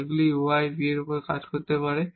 এগুলি u v এর কাজ হতে পারে